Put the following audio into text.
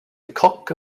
cock